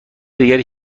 دیگری